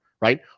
right